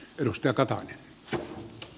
arvoisa puhemies